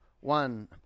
One